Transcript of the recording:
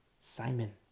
Simon